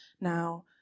Now